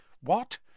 What